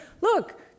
look